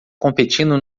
competindo